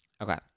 Okay